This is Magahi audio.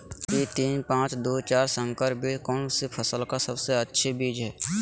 पी तीन पांच दू चार संकर बीज कौन सी फसल का सबसे अच्छी बीज है?